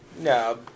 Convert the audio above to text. No